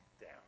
down